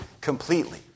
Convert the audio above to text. completely